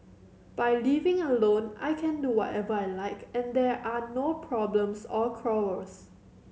by living alone I can do whatever I like and there are no problems or quarrels